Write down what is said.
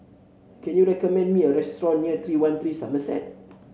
can you recommend me a restaurant near three one three Somerset